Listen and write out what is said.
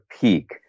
peak